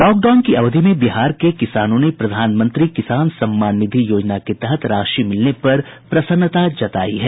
lockdown की अवधि में बिहार के किसानों ने प्रधानमंत्री किसान सम्मान निधि योजना के तहत राशि मिलने पर प्रसन्नता जतायी है